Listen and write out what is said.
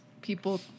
people